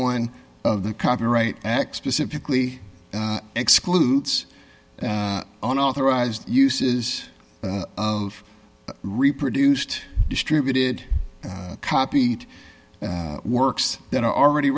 one of the copyright act specifically excludes on authorized uses of reproduced distributed copied works that are already